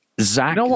Zach